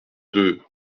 deux